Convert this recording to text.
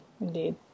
Indeed